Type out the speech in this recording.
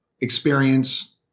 experience